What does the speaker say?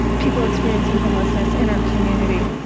people experiencing homelessness in our community.